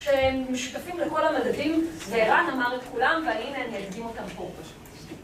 שמשותפים לכל המדדים, וערן אמר את כולם, והנה אני אדגים אותם פה.